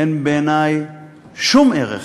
אין בעיני שום ערך